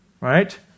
right